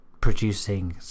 Producing